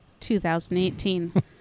2018